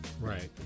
right